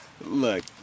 look